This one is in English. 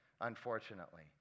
unfortunately